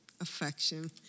Affection